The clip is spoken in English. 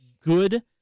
good